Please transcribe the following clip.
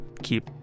Keep